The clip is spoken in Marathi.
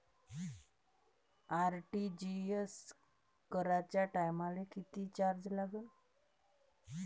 आर.टी.जी.एस कराच्या टायमाले किती चार्ज लागन?